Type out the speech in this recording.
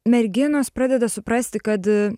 merginos pradeda suprasti kad